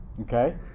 Okay